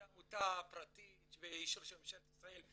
זו עמותה פרטית באישור של ממשלת ישראל,